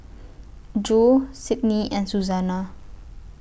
Jule Sydnie and Suzanna